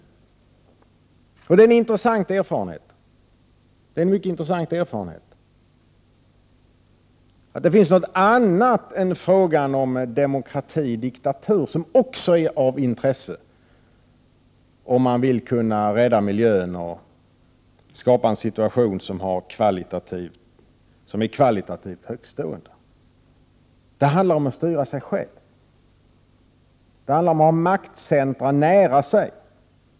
Det är en mycket intressant erfarenhet att det finns något annat än frågan om en demokrati eller diktatur som är av intresse om man vill rädda miljön och skapa en situation som är kvalitativt högtstående. Det handlar om att styra sig själv och att ha maktcentra nära sig.